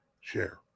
Share